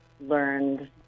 learned